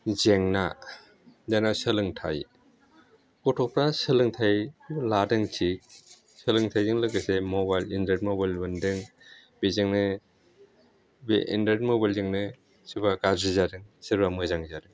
जेंना जेनेबा सोलोंथाय गथ'फोरा सोलोंथायखौ लादोंखि सोलोंथायजों लोगोसे मबाइल एनड्रइड मबाइल मोनदों बेजोंनो बे एनड्रइड मबाइलजोंनो सोरबा गाज्रि जादों सोरबा मोजां जादों